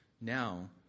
now